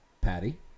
Patty